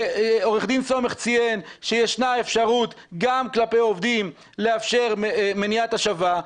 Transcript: עורך דין סומך ציין שישנה אפשרות גם כלפי עובדים לאפשר מניעת השבה.